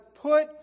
put